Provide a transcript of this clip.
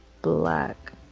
Black